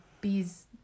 bees